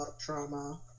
trauma